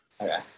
Okay